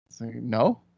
No